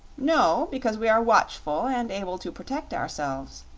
no because we are watchful and able to protect ourselves,